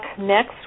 next